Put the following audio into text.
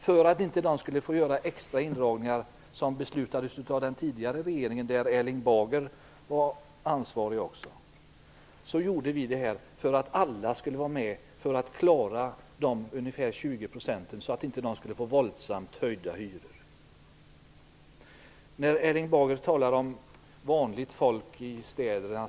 För att de inte skulle få våldsamt höjda hyror på grund av vad som beslutades av den tidigare regeringen, där också Erling Bager var ansvarig, gjorde vi den här höjningen, som gjorde att alla fick vara med och betala. Erling Bager talar om vanligt folk i städerna.